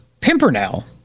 Pimpernel –